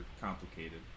complicated